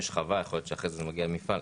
יש חווה ויכול להיות שאחר כך זה מגיע למפעל.